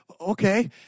okay